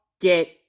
get